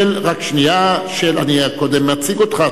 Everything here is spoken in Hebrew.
אני קודם אציג אותך,